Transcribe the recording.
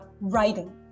writing